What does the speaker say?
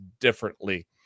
differently